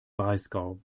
breisgau